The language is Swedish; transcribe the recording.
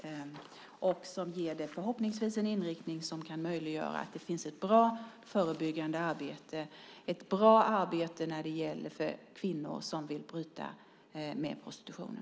Förhoppningsvis ges en inriktning som kan möjliggöra ett bra förebyggande arbete för kvinnor som vill bryta med prostitutionen.